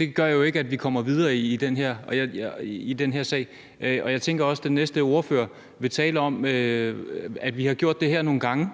møder gør jo ikke, at vi kommer videre i den her sag. Jeg tænker også, at den næste ordfører vil tale om, at vi har gjort det her nogle gange,